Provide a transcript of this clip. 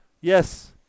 Yes